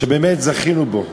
שבאמת זכינו בו.